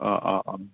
अ अ अ